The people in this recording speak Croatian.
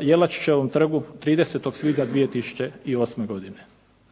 Jelačićevom trgu 30. svibnja 2008. godine.